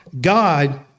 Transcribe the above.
God